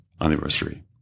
anniversary